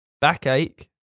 backache